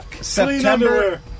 September